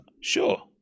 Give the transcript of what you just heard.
sure